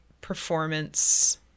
performance